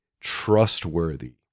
trustworthy